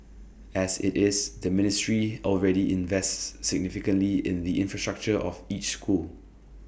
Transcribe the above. as IT is the ministry already invests significantly in the infrastructure of each school